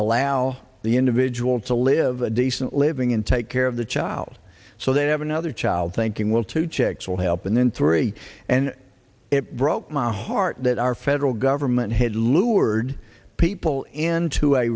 allow the individual to live a decent living in take care of the child so they have another child thinking well two checks will help and then three and it broke my heart that our federal government had lured people into a